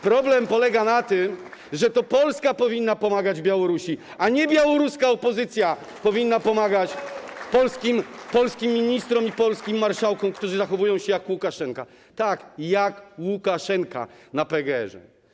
Problem polega na tym, że to Polska powinna pomagać Białorusi, a nie białoruska opozycja - polskim ministrom i polskim marszałkom, którzy zachowują się jak Łukaszenka, tak jak Łukaszenka na PGR.